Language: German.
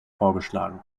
vorgeschlagen